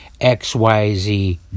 XYZ